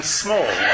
small